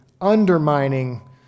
undermining